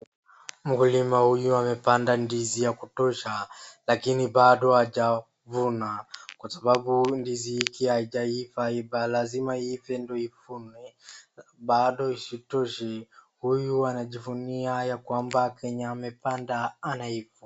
Mkulima huyu amepanda ndizi ya kutosha lakini bado hajavuna kwa sababu ndizi hiki haijaiva. Lazima iive ndiyo ivunwe bado isitoshe huyu anajivunia ya kwamba penye amepanda anaivuna.